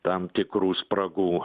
tam tikrų spragų